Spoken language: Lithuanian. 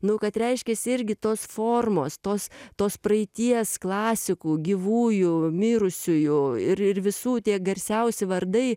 nu kad reiškiasi irgi tos formos tos tos praeities klasikų gyvųjų mirusiųjų ir ir visų tie garsiausi vardai